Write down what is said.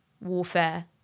warfare